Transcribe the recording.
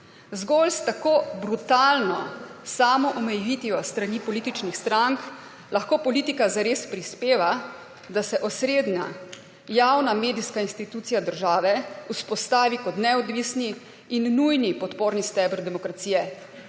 Zgolj s tako brutalno samoomejitvijo s strani političnih strank lahko politika zares prispeva, da se osrednja javna medijska institucija države vzpostavi kot neodvisni in nujni podporni steber demokracije,